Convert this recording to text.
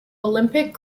olympic